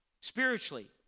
spiritually